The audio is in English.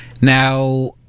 Now